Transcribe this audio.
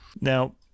Now